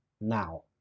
now